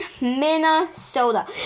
Minnesota